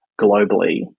globally